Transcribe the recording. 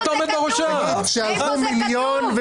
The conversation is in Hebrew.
איפה זה כתוב?